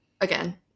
Again